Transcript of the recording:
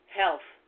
health